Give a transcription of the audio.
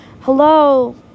Hello